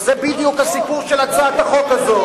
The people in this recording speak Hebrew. זה בדיוק הסיפור של הצעת החוק הזאת.